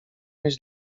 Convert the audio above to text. mieć